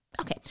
Okay